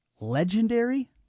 legendary